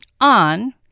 on